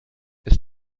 ist